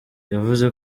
yavuze